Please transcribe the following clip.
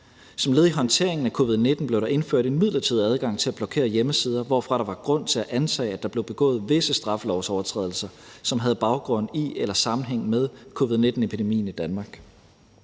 Som led i håndteringen af covid-19 blev der indført en midlertidig adgang til at blokere hjemmesider, hvorfra der var grund til at antage, at der blev begået visse straffelovsovertrædelser, som havde baggrund i eller sammenhæng med covid-19-epidemien i Danmark.